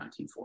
1940